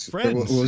Friends